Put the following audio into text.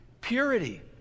purity